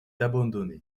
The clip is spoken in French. abandonné